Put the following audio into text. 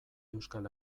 euskal